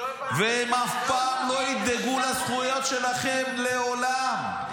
--- והם אף פעם לא ידאגו לזכויות שלכם, לעולם.